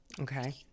Okay